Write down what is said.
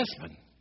husband